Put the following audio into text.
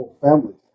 Families